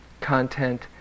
content